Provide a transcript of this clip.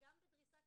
מודדים את